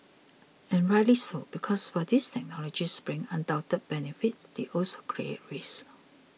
and rightly so because while these technologies bring undoubted benefits they also create risks